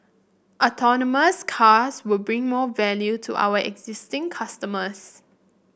autonomous cars will bring more value to our existing customers